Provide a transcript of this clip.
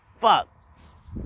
Fuck